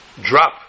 drop